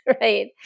right